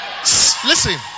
listen